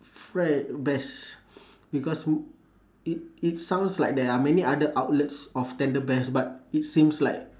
fre~ best because m~ it it sounds like there are many other outlets of tenderbest but it seems like